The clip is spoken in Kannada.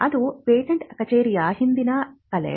ಅದು ಪೇಟೆಂಟ್ ಕಚೇರಿಯ ಹಿಂದಿನ ಕಲೆ